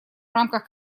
рамках